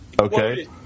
Okay